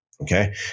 Okay